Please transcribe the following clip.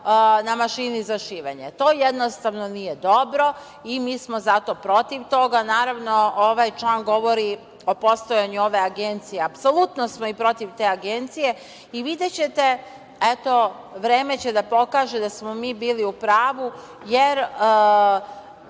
na mašini za šivenje. To jednostavno nije dobro i mi smo zato protiv toga. Naravno, ovaj član govori o postojanju ove agencije. Apsolutno smo i protiv te agencije. I videćete, eto, vreme će da pokaže da smo mi bili u pravu, jer